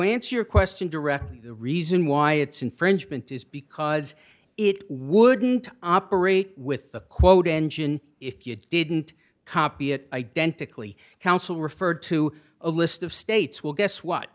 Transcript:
answer your question directly the reason why it's infringement is because it wouldn't operate with the quote engine if you didn't copy it identically council referred to a list of states will guess what